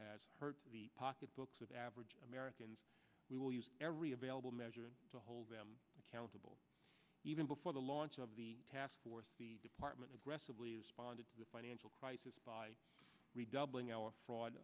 has hurt the pocketbooks of average americans we will use every available measure to hold them accountable even before the launch of the task force the department aggressively responded to the financial crisis by redoubling our fraud